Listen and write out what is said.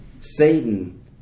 Satan